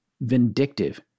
vindictive